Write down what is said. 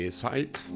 site